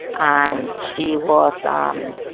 and she was um